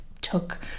took